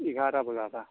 এঘাৰটা বজাত অ